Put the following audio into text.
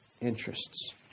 interests